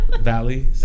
Valley